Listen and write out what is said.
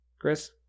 Chris